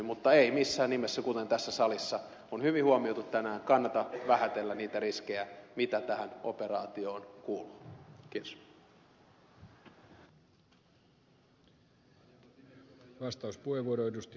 mutta ei missään nimessä kuten tässä salissa on hyvin huomioitu tänään kannata vähätellä niitä riskejä joita tähän operaatioon kuuluu